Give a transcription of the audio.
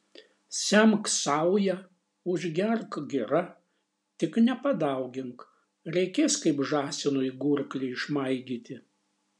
semk sauja užgerk gira tik nepadaugink reikės kaip žąsinui gurklį išmaigyti